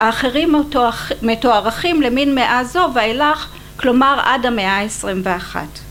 ‫האחרים מתוארכים למין מאה זו ‫ואילך, כלומר, עד המאה ה-21.